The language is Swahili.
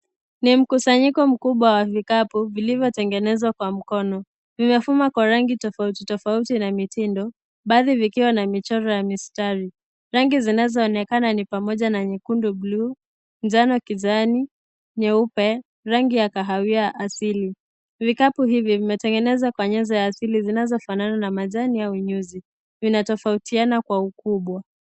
NI mkusanyiko mkubwa wa vikapu vilivyotengenezwa kwa mkono. Vimefumwa kwa rangi tofauti tofauti na mitindo, baadhi zikiwa na michoro ya mistari. Baadhi ya rangi zinazoonekana ni pamoja na nyekundu buluu, njano kijani, nyeupe, rangi ya kahawia asili. Vikapo hivyo vimetengenezwa kwa nyenzo za asili zinazofanana na majani au nyuzi. Vinatofautiana kwa ukubwa.